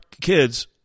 kids